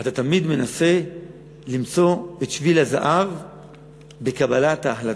אתה תמיד מנסה למצוא את שביל הזהב בקבלת ההחלטה,